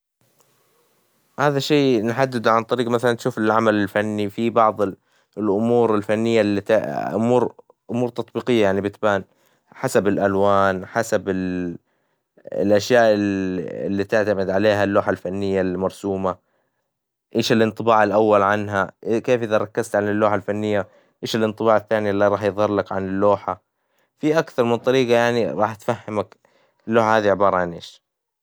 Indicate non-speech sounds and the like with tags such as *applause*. هذا شي نحدده عن طريق مثلًا تشوف العمل الفني في بعظ الأمور الفنية أمور أمور تطبيقية يعني بتبان حسب الألوان حسب الأشياء اللي تعتمد عليها اللوحة الفنية المرسومة، إيش الانطباع الأول عنها؟ *hesitation* كيف إذا ركزت على اللوحة الفنية إيش الانطباع الثاني اللي راح يظهر لك عن اللوحة؟ في أكثر من طريقة يعني راح تفهمك اللوحة هذي عبارة عن إيش.